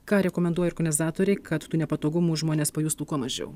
ką rekomenduoja organizatoriai kad tų nepatogumų žmonės pajustų kuo mažiau